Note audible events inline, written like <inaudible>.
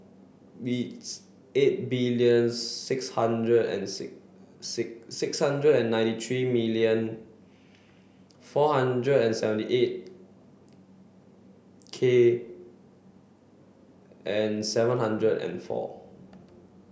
beats eight billion six hundred and <unintelligible> six hundred and ninety three million four hundred and seventy eight K and seven hundred and four